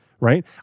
right